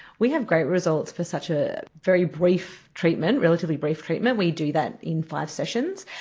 we have great results for such a very brief treatment, relatively brief treatment, we do that in five sessions.